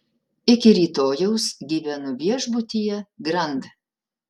iki rytojaus gyvenu viešbutyje grand